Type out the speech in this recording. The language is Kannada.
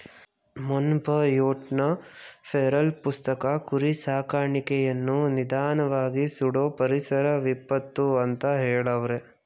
ಮೊನ್ಬಯೋಟ್ನ ಫೆರಲ್ ಪುಸ್ತಕ ಕುರಿ ಸಾಕಾಣಿಕೆಯನ್ನು ನಿಧಾನ್ವಾಗಿ ಸುಡೋ ಪರಿಸರ ವಿಪತ್ತು ಅಂತ ಹೆಳವ್ರೆ